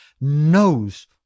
knows